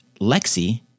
Lexi